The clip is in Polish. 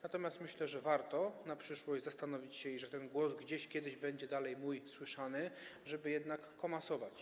Natomiast myślę, że warto na przyszłość zastanowić się na tym i że mój głos gdzieś kiedyś będzie dalej słyszany, żeby jednak to komasować.